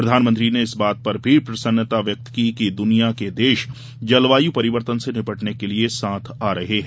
प्रधानमंत्री ने इस बात पर भी प्रसन्नता व्यक्त की कि दुनिया के देश जलवायु परिवर्तन से निपटने के लिए साथ आ रहे हैं